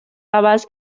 عوض